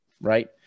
Right